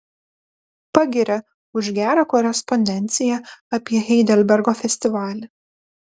pagiria už gerą korespondenciją apie heidelbergo festivalį